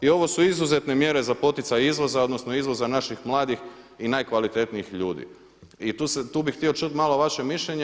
I ovo su izuzetne mjere za poticaj izvoza odnosno izvoza naših mladih i najkvalitetnijih ljudi i tu bih htio čuti malo vaše mišljenje.